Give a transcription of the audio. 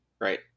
Right